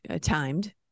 timed